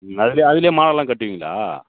ம் அதிலே அதிலே மாலைலாம் கட்டுவீங்களா